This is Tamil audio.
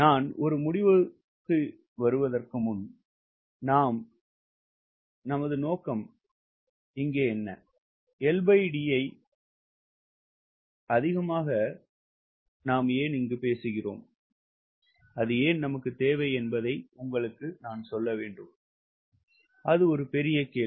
நான் முடிவுக்கு வருவதற்கு முன் எங்கள் நோக்கம் நாங்கள் தேடுகிறோம் LD ஐ பறக்க வேண்டியது என்ன என்பதை நான் உங்களுக்குச் சொல்ல வேண்டும்அது ஒரு பெரிய கேள்வி